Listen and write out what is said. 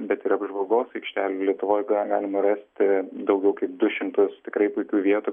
bet ir apžvalgos aikštelių lietuvoj ga galima rasti daugiau kaip du šimtus tikrai puikių vietų